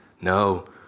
No